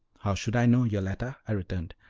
how should i know, yoletta? i returned.